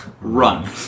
run